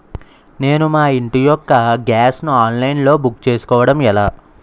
నేను మా ఇంటి యెక్క గ్యాస్ ను ఆన్లైన్ లో బుక్ చేసుకోవడం ఎలా?